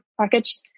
package